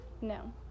No